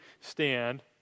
stand